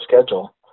schedule